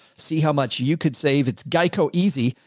see how much you could save. it's geico easy.